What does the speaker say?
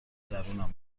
درونم